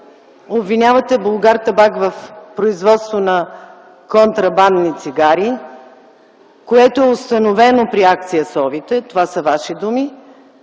обвинявате „Булгартабак” в производство на контрабандни цигари, което е установено при акция „Совите” – това са Ваши думи;